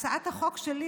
הצעת החוק שלי,